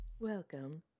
Welcome